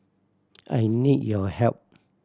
I need your help